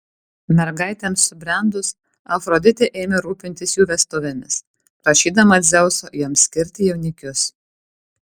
mergaitėms subrendus afroditė ėmė rūpintis jų vestuvėmis prašydama dzeuso joms skirti jaunikius